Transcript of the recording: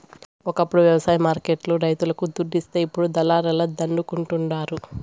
ఒకప్పుడు వ్యవసాయ మార్కెట్ లు రైతులకు దుడ్డిస్తే ఇప్పుడు దళారుల దండుకుంటండారు